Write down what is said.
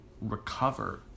recover